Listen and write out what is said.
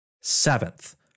Seventh